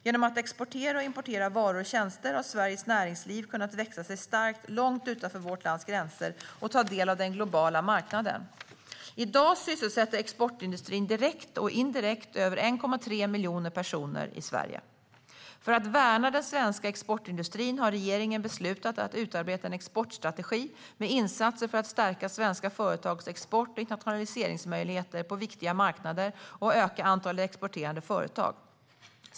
Genom att exportera och importera varor och tjänster har Sveriges näringsliv kunnat växa sig starkt långt utanför vårt lands gränser och ta del av den globala marknaden. I dag sysselsätter exportindustrin direkt och indirekt över 1,3 miljoner personer i Sverige. För att värna den svenska exportindustrin har regeringen beslutat att utarbeta en exportstrategi med insatser för att stärka svenska företags export och internationaliseringsmöjligheter på viktiga marknader och öka antalet exporterande företag.